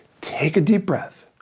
take a deep breath.